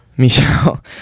michelle